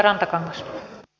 arvoisa puhemies